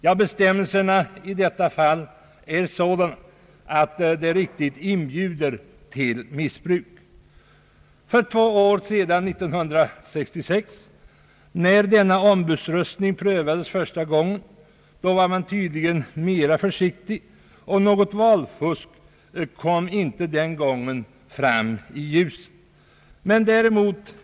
Ja, bestämmelserna i detta fall är sådana att de riktigt inbjuder till missbruk. För två år sedan — 1966 — när denna ombudsröstning prövades första gången var man tydligen mera försiktig och något valfusk kom den gången inte fram i ljuset.